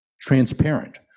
transparent